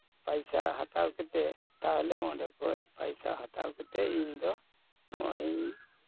ᱯᱟᱭᱥᱟ ᱦᱟᱛᱟᱣ ᱠᱟᱛᱮᱫ ᱛᱟᱦᱚᱞᱮ ᱚᱸᱰᱮ ᱠᱷᱚᱡ ᱯᱟᱭᱥᱟ ᱦᱟᱛᱟᱣ ᱠᱟᱛᱮᱫ ᱤᱧᱫᱚ ᱱᱚᱜᱼᱚᱭᱤᱧ